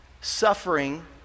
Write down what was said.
Suffering